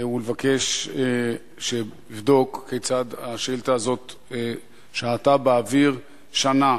ולבקש לבדוק כיצד השאילתא הזאת שהתה באוויר שנה.